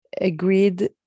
agreed